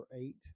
eight